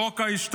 את חוק ההשתמטות.